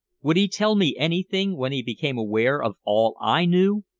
would he tell me anything when he became aware of all i knew?